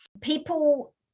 People